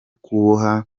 kuboha